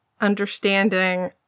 understanding